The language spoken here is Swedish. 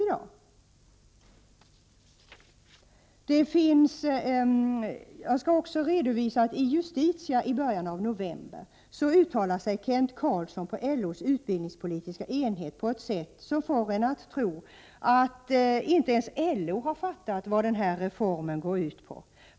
I Svensk Handelstidning Justitia nr 45 från den 11 november 1988 uttalar sig Kenth Karlsson på LO:s utbildningspolitiska enhet på ett sätt som får en att tro att inte ens LO har fattat vad den här reformen går ut på.